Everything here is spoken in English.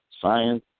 science